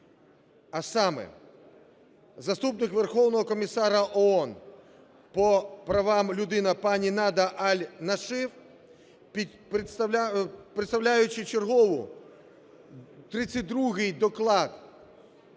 А саме заступник Верховного комісара ООН по правам людини пані Нада Аль-Нашиф, представляючи черговий 32 доклад